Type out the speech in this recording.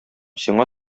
сиңа